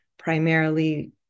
Primarily